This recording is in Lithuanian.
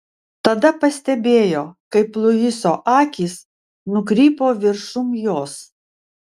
tada pastebėjo kaip luiso akys nukrypo viršum jos